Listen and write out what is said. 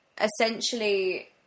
essentially